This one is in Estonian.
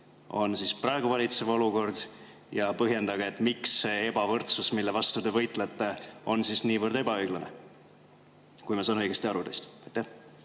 on praegu valitsev olukord, ja põhjendage, miks see ebavõrdsus, mille vastu te võitlete, on niivõrd ebaõiglane, kui ma saan teist õigesti